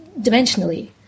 dimensionally